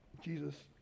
Jesus